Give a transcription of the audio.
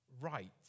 right